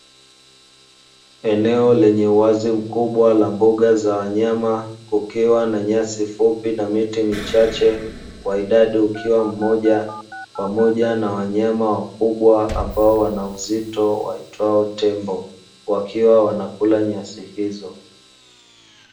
Eneo lenye uwazi mkubwa la mbuga za wanyama, kukiwa na nyasi fupi na miti michache kwa idadi ukiwa mmoja, pamoja na wanyama wakubwa ambao wanauzito waitwao tembo wakiwa wanakula nyasi hizo.